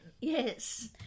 Yes